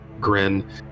grin